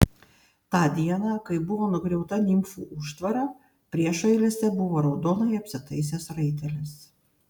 tą dieną kai buvo nugriauta nimfų užtvara priešo eilėse buvo raudonai apsitaisęs raitelis